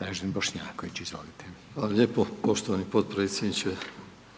Dražen Bošnjaković, izvolite. **Bošnjaković,